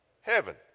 heaven